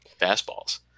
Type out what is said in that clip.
fastballs